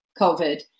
COVID